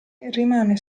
rimane